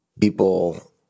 people